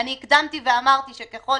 הקדמתי ואמרתי שככל